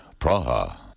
Praha